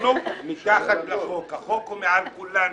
אנחנו מתחת לחוק, החוק הוא מעל כולנו.